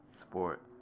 sport